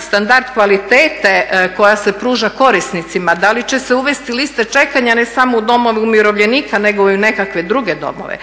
standard kvalitete koja se pruža korisnicima, da li će se uvesti liste čekanja ne samo u domove umirovljenika nego i u nekakve druge domove,